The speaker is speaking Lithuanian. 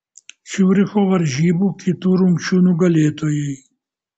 ciuricho varžybų kitų rungčių nugalėtojai